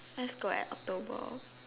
let's go at October